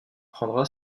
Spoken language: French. prendra